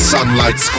Sunlight